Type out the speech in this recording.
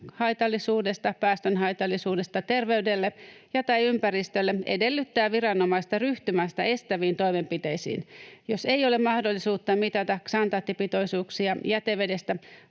haitallisuudesta, päästön haitallisuudesta terveydelle ja/tai ympäristölle, edellyttää viranomaista ryhtymään estäviin toimenpiteisiin. Jos ei ole mahdollisuutta mitata ksantaattipitoisuuksia jätevedestä,